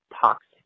toxic